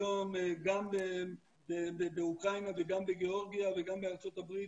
היום גם באוקראינה וגם בגיאורגיה וגם בארצות הברית